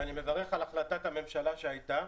ואני מברך על החלטת הממשלה שהייתה.